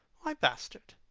why bastard?